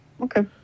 Okay